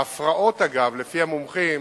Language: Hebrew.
ההפרעות, אגב, לפי המומחים,